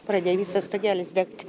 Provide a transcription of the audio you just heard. pradėo visas stogelis degt